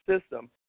system